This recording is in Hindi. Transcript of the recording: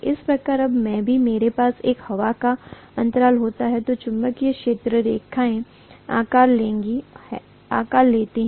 इस प्रकार जब भी मेरे पास एक हवा का अंतराल होता है तो चुंबकीय क्षेत्र रेखाएँ आकार लेती हैं